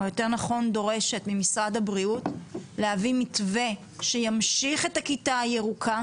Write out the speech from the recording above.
או יותר נכון דורשת ממשרד הבריאות להביא מתווה שימשיך את הכיתה הירוקה,